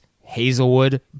Hazelwood